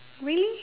really